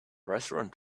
restaurant